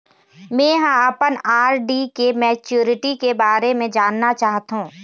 में ह अपन आर.डी के मैच्युरिटी के बारे में जानना चाहथों